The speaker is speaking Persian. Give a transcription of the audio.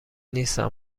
نیستم